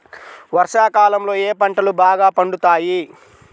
వర్షాకాలంలో ఏ పంటలు బాగా పండుతాయి?